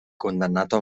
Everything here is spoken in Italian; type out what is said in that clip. condannato